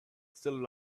still